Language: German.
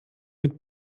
mit